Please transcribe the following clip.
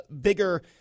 bigger